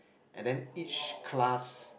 and then each class